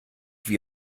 wie